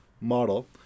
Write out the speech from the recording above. model